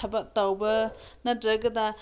ꯊꯕꯛ ꯇꯧꯕ ꯅꯠꯇꯔꯒꯅ